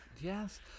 Yes